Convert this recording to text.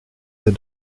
der